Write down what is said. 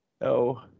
No